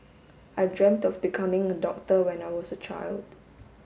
I dreamt of becoming a doctor when I was a child